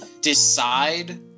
decide